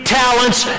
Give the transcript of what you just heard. talents